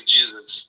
Jesus